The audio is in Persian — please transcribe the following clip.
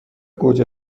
گوجه